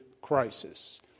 crisis